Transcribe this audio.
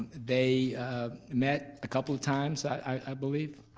they met a couple of times i believe.